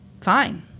fine